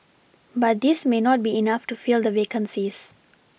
but this may not be enough to fill the vacancies